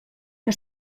que